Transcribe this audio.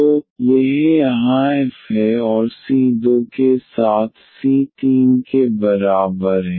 तो यह यहाँ f है और c2 के साथ c3 के बराबर है